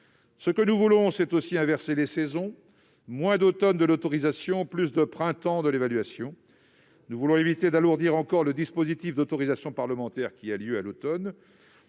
Ce que nous voulons, c'est aussi inverser les saisons ; moins d'automne de l'autorisation, plus de printemps de l'évaluation. Nous voulons éviter d'alourdir encore le dispositif d'autorisation parlementaire qui a lieu à l'automne,